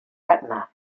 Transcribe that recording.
retina